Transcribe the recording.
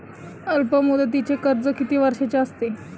अल्पमुदतीचे कर्ज किती वर्षांचे असते?